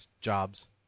Jobs